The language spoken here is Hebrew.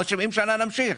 עוד 70 שנה נמשיך?